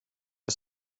jag